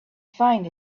find